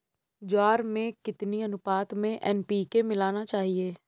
ज्वार में कितनी अनुपात में एन.पी.के मिलाना चाहिए?